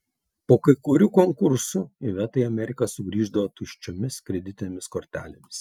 po kai kurių konkursų iveta į ameriką sugrįždavo tuščiomis kreditinėmis kortelėmis